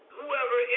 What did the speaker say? whoever